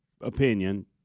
opinion